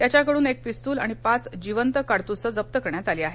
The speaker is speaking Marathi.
त्याच्याकडून एक पिस्तूल आणि पाच जिवंत काडतूसे जप्त करण्यात आली आहेत